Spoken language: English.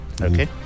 Okay